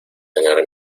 tener